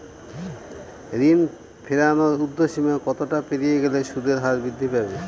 ঋণ ফেরানোর উর্ধ্বসীমা কতটা পেরিয়ে গেলে সুদের হার বৃদ্ধি পাবে?